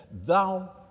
Thou